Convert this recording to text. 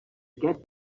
get